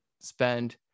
spend